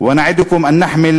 ואנו גאים בו.